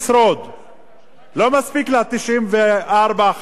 לא מספיק לה 94 חברי קואליציה,